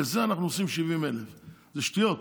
בזה אנחנו עושים 70,000. זה שטויות.